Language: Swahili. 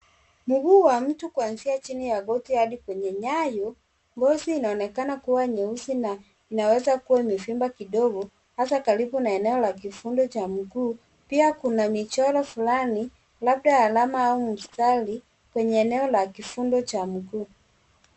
Mguu wa mtu kuanzia chini ya goti hadi kwenye nyayo. Ngozi inaonekana kuwa nyeusi na inawezakua imevimba kidogo hasa karibu na eneo la kifundo cha mguu. Pia kuna michoro fulani, labda alama au mstari kwenye eneo la kifundo cha mguu.